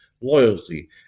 loyalty